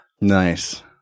Nice